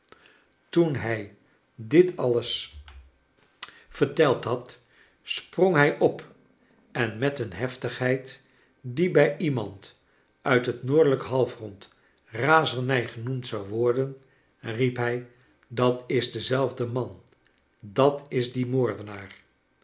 toon hij dit alios verteld had sprong hij op en met een heftigheid die bij iemand uit het noordelijk halfrond razernij genoemd zou worden riep hij dat is dezelfde man bat is die